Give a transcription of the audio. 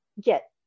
get